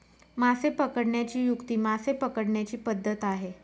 मासे पकडण्याची युक्ती मासे पकडण्याची पद्धत आहे